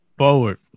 forward